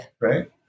right